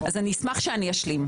אז אני אשמח שאני אשלים.